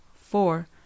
four